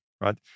right